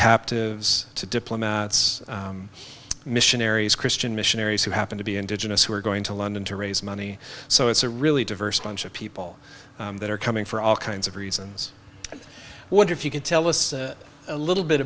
captives to diplomats missionaries christian missionaries who happen to be indigenous who are going to london to raise money so it's a really diverse bunch of people that are coming for all kinds of reasons i wonder if you can tell us a little bit